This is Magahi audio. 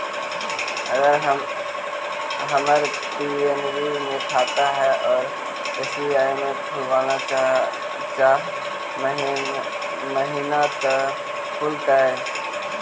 अगर हमर पी.एन.बी मे खाता है और एस.बी.आई में खोलाबल चाह महिना त का खुलतै?